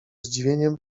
zdziwieniem